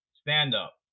stand-up